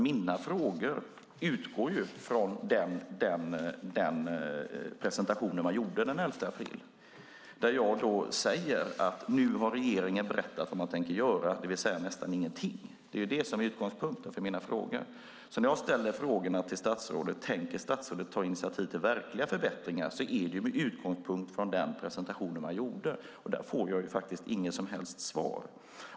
Mina frågor utgår från den presentation man gjorde den 11 april. Jag säger att nu har regeringen berättat vad man tänker göra, det vill säga nästan ingenting. Det är detta som är utgångspunkten för mina frågor. När jag ställer frågorna till statsrådet om han tänker ta initiativ till verkliga förbättringar gör jag det med utgångspunkt från den presentation regeringen gjorde. På detta får jag inget som helst svar.